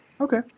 Okay